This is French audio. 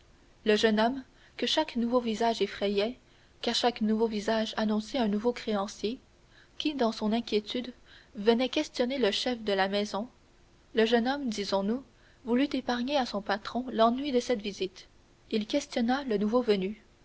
le jeune homme que chaque nouveau visage effrayait car chaque nouveau visage annonçait un nouveau créancier qui dans son inquiétude venait questionner le chef de la maison le jeune homme disons-nous voulut épargner à son patron l'ennui de cette visite il questionna le nouveau venu